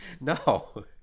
no